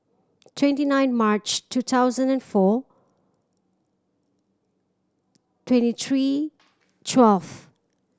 twenty nine March two thousand and four twenty three twelve